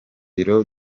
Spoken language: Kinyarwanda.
iryo